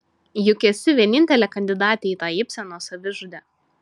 juk esi vienintelė kandidatė į tą ibseno savižudę